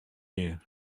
gean